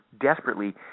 desperately